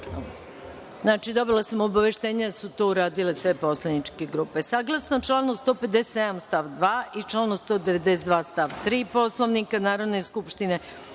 dobila sam obaveštenje da su to uradile sve poslaničke grupe. Saglasno članu 157. stav 2. i članu 192. stav 3. Poslovnika Narodne skupštine